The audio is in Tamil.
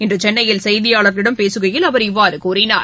இன்றுசென்னையில் செய்தியாளர்களிடம் பேசுகையில் அவர் இவ்வாறுகூறினார்